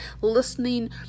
listening